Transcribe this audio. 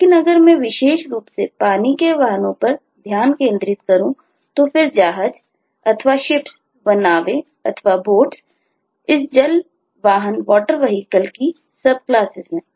लेकिन अगर मैं विशेष रूप से पानी के वाहनों पर ध्यान केंद्रित करूँ तो फिर जहाज ships व नावेंboats इस जल वाहन water vehicle की सब क्लासेस हैं